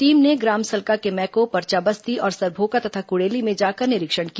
team ने ग्राम सलका के मैको परचा बस्ती और सरभोका तथा कुड़ेली में जाकर निरीक्षण किया